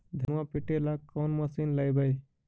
धनमा पिटेला कौन मशीन लैबै?